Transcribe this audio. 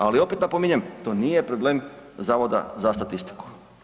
Ali opet napominjem, to nije problem Zavoda za statistiku.